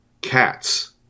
Cats